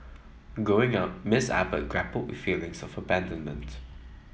Growing Up Miss Abbott grappled with feelings of abandonment